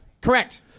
Correct